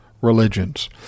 religions